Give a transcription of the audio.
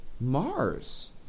mars